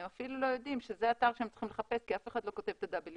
הם אפילו לא יודעים שזה אתר שהם צריכים לחפש כי אף אחד לא כותב אתה-WWW.